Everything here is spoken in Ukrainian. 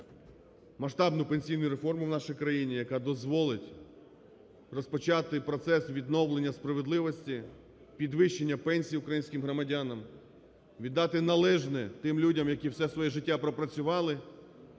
масштабну пенсійну реформу в нашій країні, яка дозволить розпочати процес відновлення справедливості, підвищення пенсій українським громадянам, віддати належне тим людям, які все своє життя пропрацювали